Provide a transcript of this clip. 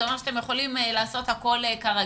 זה אומר שאתם יכולים לעשות הכול כרגיל,